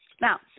Now